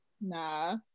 Nah